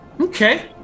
Okay